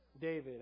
David